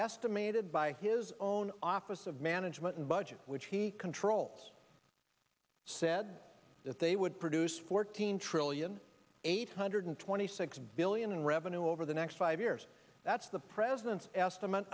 estimated by his own office of management and budget which he controls said that they would produce fourteen trillion eight hundred twenty six billion in revenue over the next five years that's the president's estimate